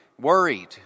worried